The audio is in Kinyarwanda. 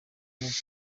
umupira